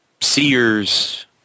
seers